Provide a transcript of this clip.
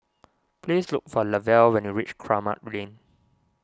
please look for Lavelle when you reach Kramat Lane